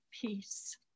peace